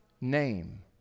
name